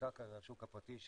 בעיקר השוק הפרטי מממן,